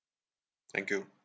thank you